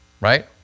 Right